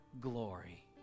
glory